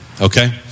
okay